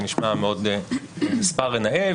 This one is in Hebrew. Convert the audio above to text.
זה נשמע מאוד מספר נאה,